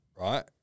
right